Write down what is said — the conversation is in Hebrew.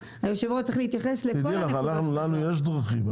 לנו יש דרכים.